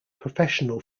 professional